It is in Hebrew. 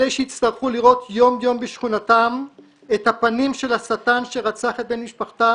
אלה שיצטרכו לראות יום-יום בשכונתם את הפנים של השטן שרצח את בן משפחתם,